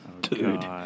Dude